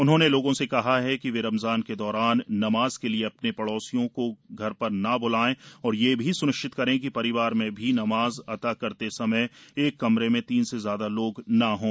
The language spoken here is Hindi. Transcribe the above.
उन्होंने लोगों से कहा कि वे रमज़ान के दौरान नमाज़ के लिए अपने पड़ोसियों को घर पर न ब्लाएं और यह भी स्निश्चित करें कि परिवार में भी नमाज अता करते समय एक कमरे में तीन से ज्यादा लोग न हों